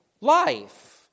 life